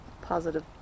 positive